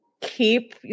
keep